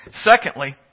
Secondly